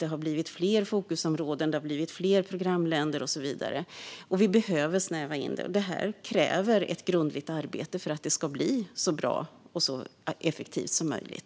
Det har blivit fler fokusområden, fler programländer och så vidare, och vi behöver snäva in det. Det här kräver ett grundligt arbete för att det ska bli så bra och så effektivt som möjligt.